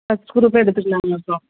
first க்ரூப்பே எடுத்துக்கலாமே அப்போது